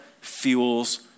fuels